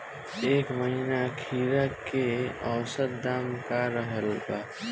एह महीना खीरा के औसत दाम का रहल बा?